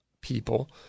people